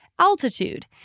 Altitude